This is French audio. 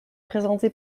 présentée